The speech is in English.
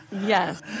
Yes